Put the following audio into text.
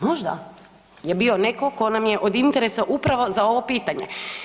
Možda je bio netko tko nam je od interesa upravo za ovo pitanje.